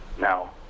now